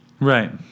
Right